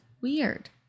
weird